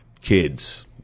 Kids